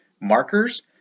markers